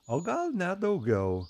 o gal net daugiau